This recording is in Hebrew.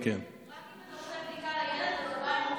רק אם אתה עושה בדיקה לילד ואתה בא עם הוכחה.